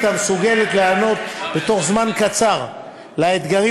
המסוגלת להיענות בתוך ומן קצר לאתגרים,